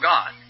God